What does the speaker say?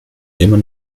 immer